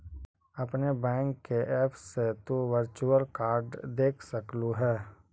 अपने बैंक के ऐप से तु वर्चुअल कार्ड देख सकलू हे